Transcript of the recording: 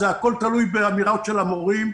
הכול תלוי באמירות של המורים.